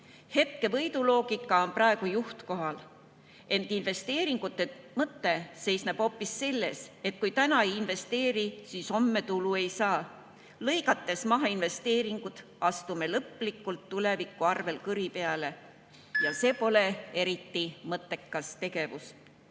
Hetke võidu loogika on praegu juhtkohal. Ent investeeringute mõte seisneb hoopis selles, et kui täna ei investeeri, siis homme tulu ei saa. Lõigates maha investeeringud, astume lõplikult tuleviku arvel kõri peale ja see pole eriti mõttekas tegevus. Need